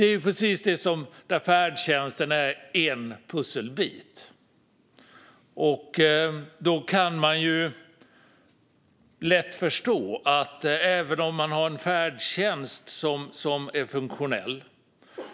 Här är färdtjänsten en pusselbit, och man kanske har färdtjänst som är funktionell.